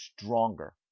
stronger